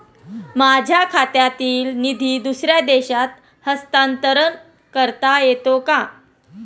माझ्या खात्यातील निधी दुसऱ्या देशात हस्तांतर करता येते का?